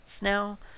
now